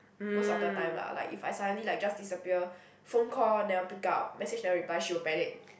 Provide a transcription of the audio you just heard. most of the time lah like if I suddenly like just disappear phone call never pick up message never reply she will panic